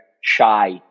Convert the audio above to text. shy